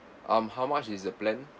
um how much is the plan